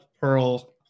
Pearl